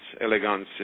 elegance